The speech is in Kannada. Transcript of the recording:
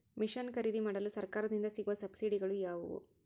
ಮಿಷನ್ ಖರೇದಿಮಾಡಲು ಸರಕಾರದಿಂದ ಸಿಗುವ ಸಬ್ಸಿಡಿಗಳು ಯಾವುವು?